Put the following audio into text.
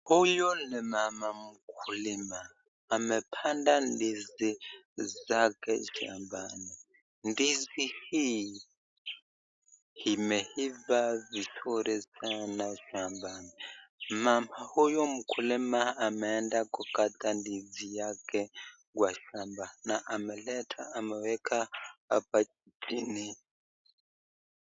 Huyu ni mama mkulima, amepanda ndizi zake shambani. Ndizi hii imeiva vizuri sana shambani, mama huyu mkulima ameenda kukaka ndizi yake kwa shamba na ameleta ameweka hapa chini.